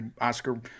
Oscar